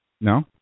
No